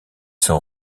sont